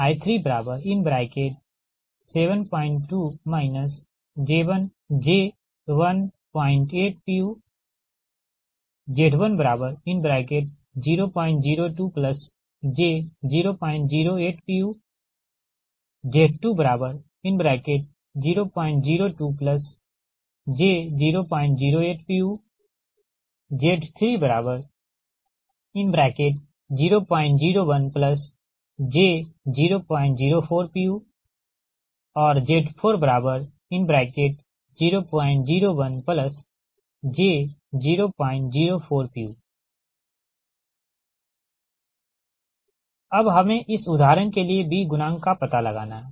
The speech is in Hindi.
अब I14 j1pu I42 j05puI232 j08puI372 j18puZ1002j008puZ2002j008puZ3001j004puZ4001j004pu अब हमे इस उदाहरण के लिए B गुणांक का पता लगाना है